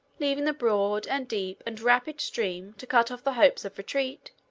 leaving the broad, and deep, and rapid stream to cut off the hopes of retreat,